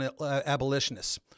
abolitionists